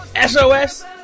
SOS